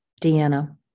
Deanna